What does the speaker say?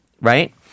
Right